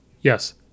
yes